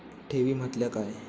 ठेवी म्हटल्या काय?